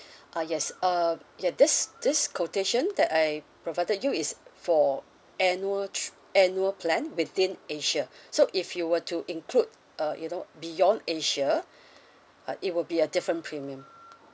ah yes um ya this this quotation that I provided you is for annual tr~ annual plan within asia so if you were to include uh you know beyond asia uh it will be a different premium